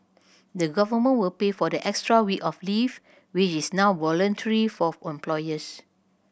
the Government will pay for the extra week of leave which is now voluntary for employers